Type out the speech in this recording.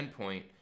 endpoint